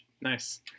Nice